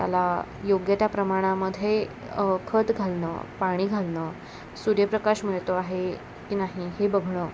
त्याला योग्य त्या प्रमाणामध्ये खत घालणं पाणी घालणं सूर्यप्रकाश मिळतो आहे की नाही हे बघणं